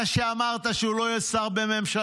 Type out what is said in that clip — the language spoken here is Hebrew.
אתה אמרת שהוא לא יהיה שר בממשלתך.